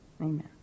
Amen